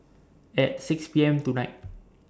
At six P M tonight